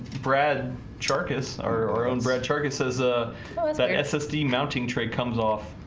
brad sharkus our own brad charkha says ah that yeah ssd mounting trade comes off